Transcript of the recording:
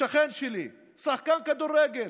שכן שלי, שחקן כדורגל,